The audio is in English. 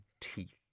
teeth